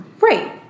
Right